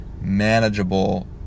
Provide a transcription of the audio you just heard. manageable